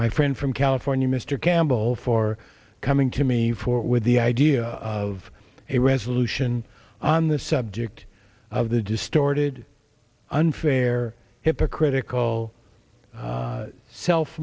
friend from california mr campbell for coming to me for with the idea of a resolution on the subject of the distorted unfair hypocritical self